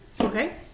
okay